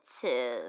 two